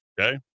Okay